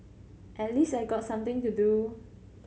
at least I got something to do